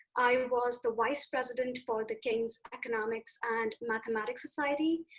i was the vice president for the king's economics and mathematics society.